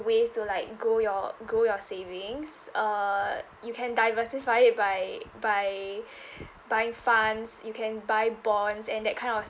ways to like grow your grow your savings uh you can diversify it by by buying funds you can buy bonds and that kind of